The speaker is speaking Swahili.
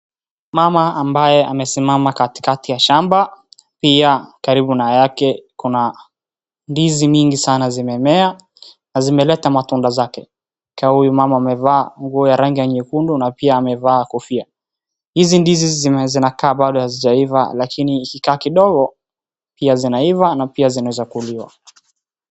Mama ambaye amesimama katikati ya shamba na karibu na yeye kuna ndizi mingi sana zimemea na zimeleta matunda zake. Ikiwa huyu mama amevaa nguo ya rangi nyekundu na pia amevaa kofia. Hizi ndizi zinakaa bado hazijaiva lakini zikikaa kidogo pia zinaiva na pia zinaeza kuliwa.